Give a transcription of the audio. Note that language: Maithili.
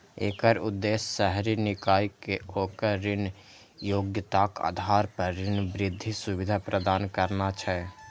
एकर उद्देश्य शहरी निकाय कें ओकर ऋण योग्यताक आधार पर ऋण वृद्धि सुविधा प्रदान करना छै